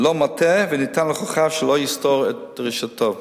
לא מטעה, ניתן להוכחה ושלא יסתור את דרישתו.